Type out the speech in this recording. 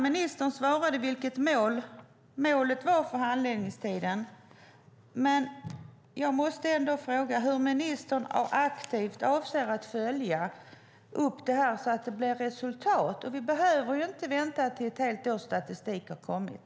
Ministern svarade vilket målet är beträffande handläggningstiden, men jag måste ändå fråga hur ministern avser att aktivt följa upp det här, så att det blir resultat av det. Vi behöver inte vänta tills ett helt års statistik har kommit.